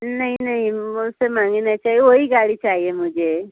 नहीं नहीं उससे महँगी चाहिए नहीं वही गाड़ी चाहिए मुझे